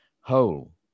whole